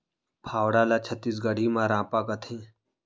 फावड़ा ल छत्तीसगढ़ी म रॉंपा कथें